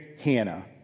Hannah